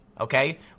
Okay